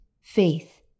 faith